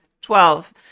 Twelve